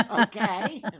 Okay